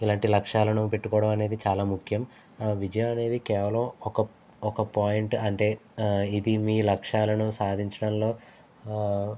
ఇలాంటి లక్ష్యాలను పెట్టుకోవడం అనేది చాలా ముఖ్యం విజయం అనేది కేవలం ఒక ఒక పాయింట్ అంటే ఇది మీ లక్ష్యాలను సాధించడంలో